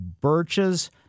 birches